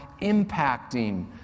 impacting